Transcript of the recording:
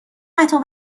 قطع